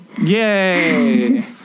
Yay